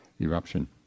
eruption